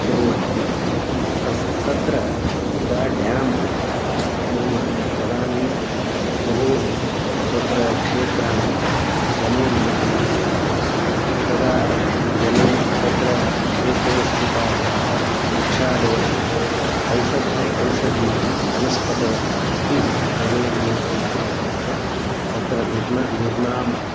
कुर्वन्ति तस् तत्र यदा डेम् कुर्मः तदानीं बहूनि तत्र क्षेत्राणि जले निमग्नाः भवन्ति तदा जले तत्र क्षेत्रे स्थिताः वृक्षादयः औषधयः औषधि वनस्पतयः अपि जले निमग्नाः भूत्वा तत्र निर्न निर्माणम्